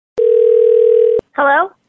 Hello